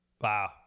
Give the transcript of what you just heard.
Wow